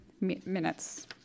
minutes